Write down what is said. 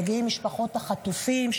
מגיעות משפחות החטופים,